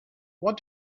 what